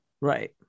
Right